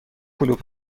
کلوپ